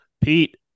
Pete